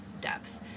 depth